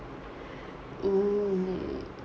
mm